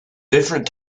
different